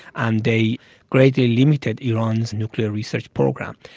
and they greatly limited iran's nuclear research program.